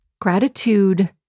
Gratitude